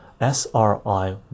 SRI